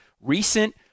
recent